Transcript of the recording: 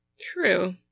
True